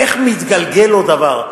איך מתגלגל לו דבר.